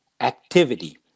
activity